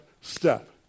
step